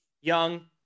young